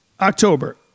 October